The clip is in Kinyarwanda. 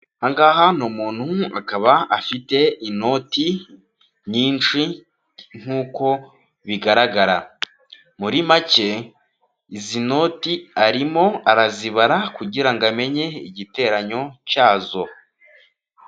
Aha ngaha ni umuntu akaba afite inoti nyinshi nkuko bigaragara. Muri make, izi noti arimo arazibara kugira ngo amenye igiteranyo cyazo.